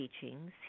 teachings